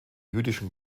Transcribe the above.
jüdischen